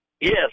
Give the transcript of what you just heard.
Yes